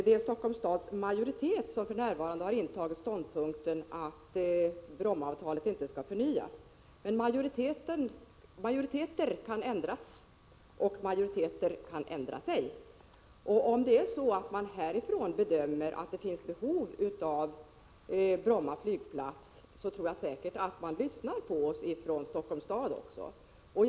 Det är Helsingforss stads politiska majoritet som för närvarande har intagit ståndpunkten att Brommaavtalet inte skall förnyas. Men majoriteter kan ändras, och majoriteter kan ändra sig. Om vi här i riksdagen gör bedömningen att det finns behov av Bromma flygplats, tror jag att man från Helsingforss stad säkert också lyssnar på oss.